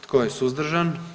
Tko je suzdržan?